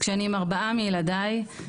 כשאני עם ארבעה מילדיי,